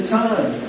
time